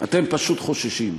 אתם פשוט חוששים.